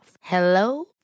Hello